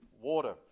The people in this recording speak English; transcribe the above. water